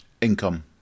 Income